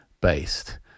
based